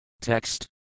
Text